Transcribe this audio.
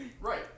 Right